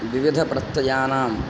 विविधप्रत्तयानां